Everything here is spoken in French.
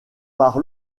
par